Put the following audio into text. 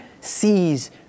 sees